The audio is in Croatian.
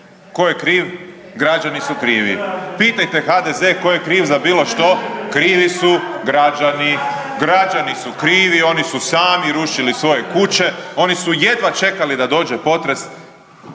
tko je kriv? Građani su krivi. Pitajte HDZ tko je kriv za bilo što, krivi su građani. Građani su krivi, oni su sami rušili svoje kuće. Oni su jedva čekali da dođe potres